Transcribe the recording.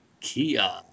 Kia